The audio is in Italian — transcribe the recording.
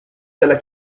della